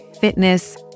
fitness